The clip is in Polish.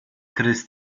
krys